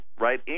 right